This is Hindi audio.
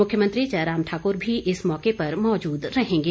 मुख्यमंत्री जयराम ठाक्र भी इस मौके पर मौजूद रहेंगे